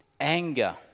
anger